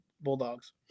Bulldogs